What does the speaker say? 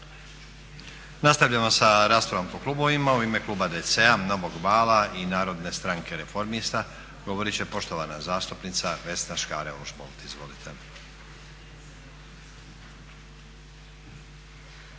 Nastavljamo sa raspravom po klubovima. U ime kluba DC-a, Novog vala i Narodne stranke reformista govorit će poštovana zastupnica Vesna Škare-Ožbolt. Izvolite.